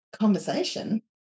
conversation